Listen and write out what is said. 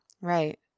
Right